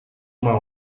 uma